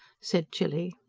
said tilly.